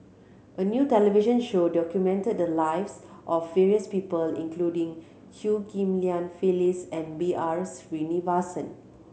a new television show documented the lives of various people including Chew Ghim Lian Phyllis and B R Sreenivasan